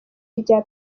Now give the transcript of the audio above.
rya